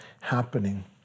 happening